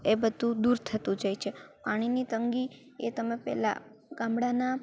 એ બધું દૂર થતું જાય છે પાણીની તંગી એ તમે પહેલાં ગામડાનાં